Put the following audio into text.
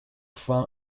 from